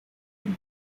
del